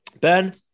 Ben